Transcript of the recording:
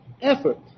effort